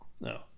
No